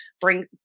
bring